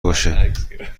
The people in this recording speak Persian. باشه